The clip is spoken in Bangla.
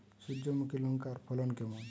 সূর্যমুখী লঙ্কার ফলন কেমন?